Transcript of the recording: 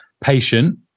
patient